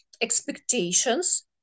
expectations